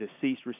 deceased